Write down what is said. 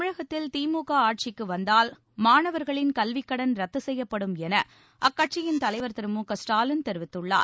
தமிழகத்தில் திமுக ஆட்சிக்கு வந்தால் மாணவர்களின் கல்விக்கடன் ரத்து செய்யப்படும் என அக்கட்சியின் தலைவர் திரு மு க ஸ்டாலின் தெரிவித்துள்ளார்